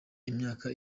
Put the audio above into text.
imyaka